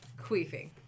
queefing